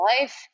life